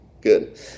Good